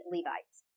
Levites